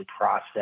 process